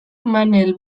manel